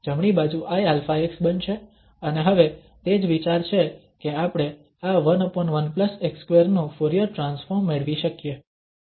જમણી બાજુ iαx બનશે અને હવે તે જ વિચાર છે કે આપણે આ 11x2 નું ફુરીયર ટ્રાન્સફોર્મ મેળવી શકીએ